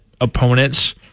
opponents